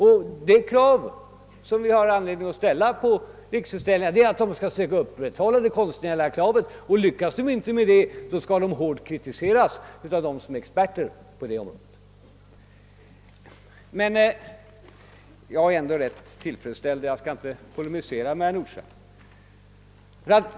Det krav som vi bör ställa på Riksutställningar är att man skall försöka upprätthålla den konstnärliga standarden. Lyckas man inte med detta, skall verksamheten kritiseras hårt av dem som är experter på området. Jag är emellertid ändå ganska tillfredsställd och skall inte polemisera mot herr Nordstrandh.